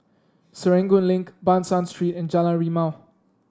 Serangoon Link Ban San Street and Jalan Rimau